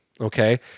Okay